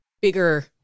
bigger